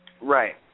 Right